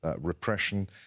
repression